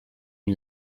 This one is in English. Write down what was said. you